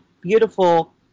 beautiful